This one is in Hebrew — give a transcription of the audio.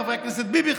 חבר הכנסת ביבי,